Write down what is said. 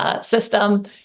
system